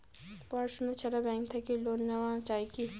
পড়াশুনা ছাড়া ব্যাংক থাকি লোন নেওয়া যায় কি?